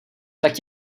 tak